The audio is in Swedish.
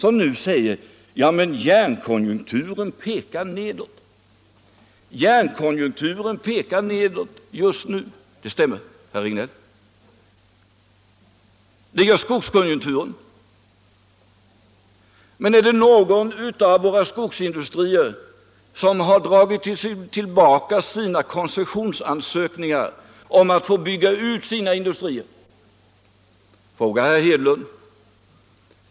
Han säger att järnkonjunkturen pekar nedåt just nu. Det stämmer, herr Regnéll. Det gör skogskonjunkturen också. Men är det därför någon av våra skogsindustrier som dragit tillbaka sina koncessionsansökningar för att få bygga ut sina industrier? Fråga herr Hedlund!